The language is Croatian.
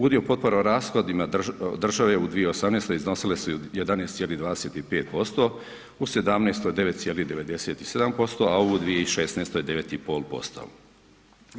Udio potpora u rashodima države u 2018. iznosile su 11,25%, u 2017. 9,97%, a u 2016. 9,5%